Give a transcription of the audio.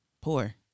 poor